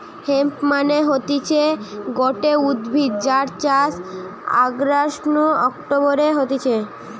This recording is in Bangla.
হেম্প মানে হতিছে গটে উদ্ভিদ যার চাষ অগাস্ট নু অক্টোবরে হতিছে